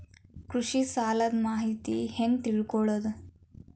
ಕೃಷಿ ಸಾಲದ ಮಾಹಿತಿ ಹೆಂಗ್ ತಿಳ್ಕೊಳ್ಳೋದು?